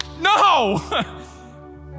No